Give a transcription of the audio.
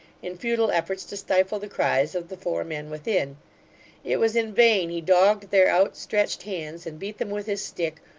in futile efforts to stifle the cries of the four men within it was in vain he dogged their outstretched hands, and beat them with his stick,